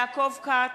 מצביע יעקב כץ,